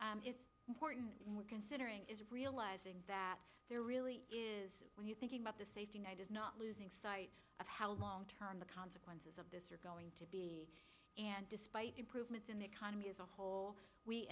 planned important considering it is realizing that there really is when you thinking about the safety net is not losing sight of how long term the consequences of this are going to be and despite improvements in the economy as a whole we